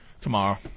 Tomorrow